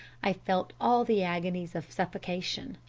i felt all the agonies of suffocation,